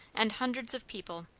and hundreds of people,